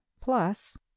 plus